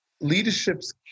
leadership's